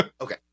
okay